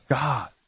God